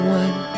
one